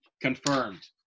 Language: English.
Confirmed